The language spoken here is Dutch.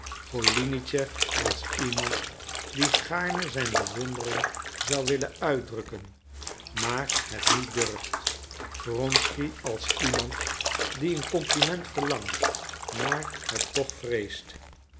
golinitschef als iemand die gaarne zijn bewondering zou willen uitdrukken maar het niet durft wronsky als iemand die een compliment verlangt maar het toch vreest